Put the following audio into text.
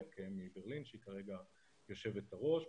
התקיים מברלין שכרגע היא יושבת הראש.